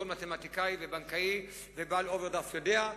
כל מתמטיקאי ובנקאי ובעל אוברדרפט יודע,